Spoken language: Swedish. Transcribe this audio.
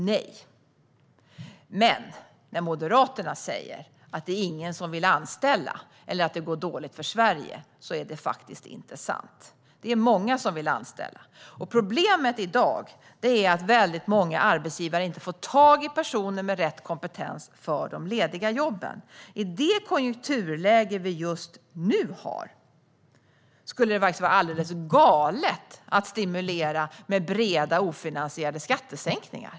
Nej, men när Moderaterna säger att ingen vill anställa eller att det går dåligt för Sverige är det faktiskt inte sant. Det är många som vill anställa. Problemet i dag är att många arbetsgivare inte får tag i personer med rätt kompetens för de lediga jobben. I det konjunkturläge vi just nu har skulle det vara alldeles galet att stimulera med breda, ofinansierade skattesänkningar.